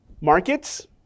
markets